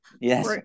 Yes